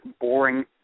boring